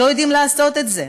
לא יודעים לעשות את זה?